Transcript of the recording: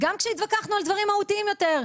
גם כשהתווכחנו על דברים מהותיים יותר,